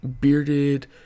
bearded